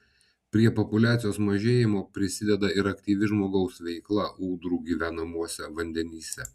prie populiacijos mažėjimo prisideda ir aktyvi žmogaus veikla ūdrų gyvenamuose vandenyse